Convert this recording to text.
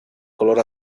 color